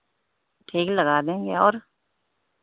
ठीक लगा देंगे और